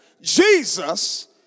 Jesus